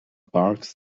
parks